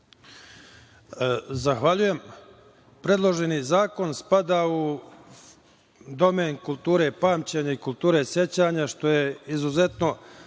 Zahvaljujem. Predloženi zakon spada u domen kulture pamćenja i kulture sećanja, što je izuzetno